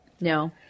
No